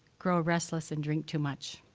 grow restless and drink too much.